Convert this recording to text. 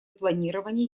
планировании